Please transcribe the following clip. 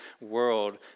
world